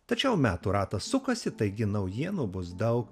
tačiau metų ratas sukasi taigi naujienų bus daug